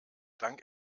dank